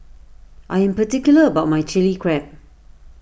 I am particular about my Chilli Crab